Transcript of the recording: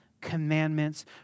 commandments